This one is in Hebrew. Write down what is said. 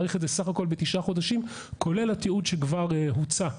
להאריך בסך הכול בתשעה חודשים כולל התיעוד שכבר הוצא.